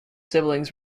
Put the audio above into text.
siblings